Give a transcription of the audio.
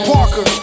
Parker